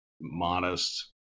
modest